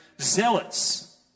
zealots